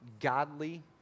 godly